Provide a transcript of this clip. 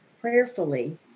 prayerfully